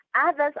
Others